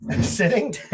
sitting